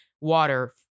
water